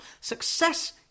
Success